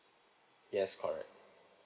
yes correct